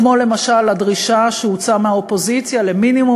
כמו למשל הדרישה שהוצעה מהאופוזיציה למינימום